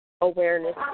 awareness